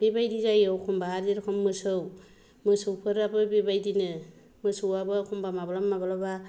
बेबायदि जायो एखमब्ला आरो जेरखम मोसौ मोसौफोराबो बेबायदिनो मोसौआबो एखमब्ला माब्लाबा माब्लाबा